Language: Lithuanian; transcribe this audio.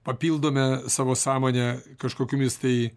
papildome savo sąmonę kažkokiomis tai